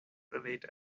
relate